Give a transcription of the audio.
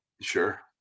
Sure